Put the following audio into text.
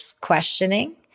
questioning